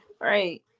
Right